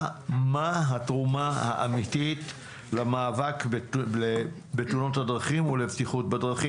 מה התרומה האמיתית למאבק בתאונות הדרכים ולבטיחות בדרכים,